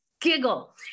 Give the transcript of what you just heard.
giggle